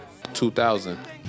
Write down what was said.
2000